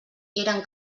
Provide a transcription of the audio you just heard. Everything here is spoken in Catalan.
eren